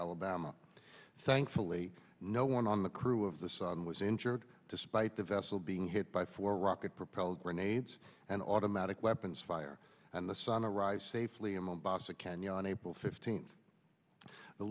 alabama thankfully no one on the crew of the sun was injured despite the vessel being hit by four rocket propelled grenades and automatic weapons fire and the sunrise safely in mombasa kenya on april fifteenth the